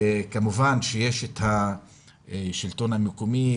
כמובן שיש את השלטון המקומי,